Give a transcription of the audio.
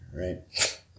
Right